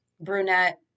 brunette